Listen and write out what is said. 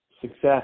success